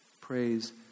Praise